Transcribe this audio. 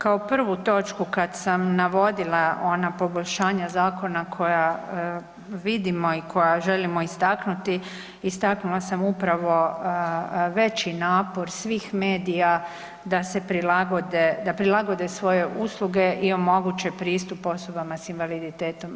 Kao prvu točku kad sam navodila ona poboljšanja zakona koja vidimo i koja želimo istaknuti istaknula sam upravo veći napor svih medija da prilagode svoje usluge i omoguće pristup osobama sa invaliditetom.